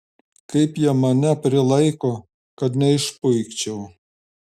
kaip jie mane prilaiko kad neišpuikčiau